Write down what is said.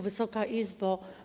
Wysoka Izbo!